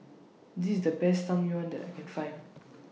This IS The Best Tang Yuen that I Can Find